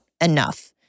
enough